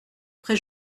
pré